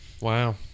Wow